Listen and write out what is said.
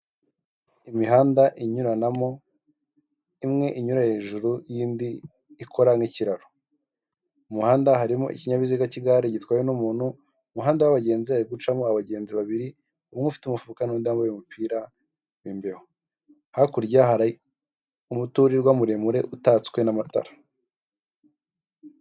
Imihanda inyuranamo imwe inyura hejuru iyindi ikora nk'ikiraro umuhanda harimo ikinyabiziga k'igare gitwawe n'umuntu, umuhanda w'abagenzi hari gucamo abagenzi babiri umwe ufite umufuka n'undi wambaye umupira w' imbeho, hakurya hari umuturirwa muremure utatswe n'amatara.